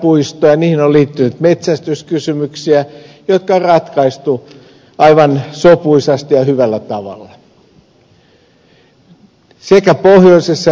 niihin on liittynyt metsästyskysymyksiä jotka on ratkaistu aivan sopuisasti ja hyvällä tavalla sekä pohjoisessa että etelä suomessa